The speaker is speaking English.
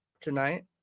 tonight